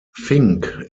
fink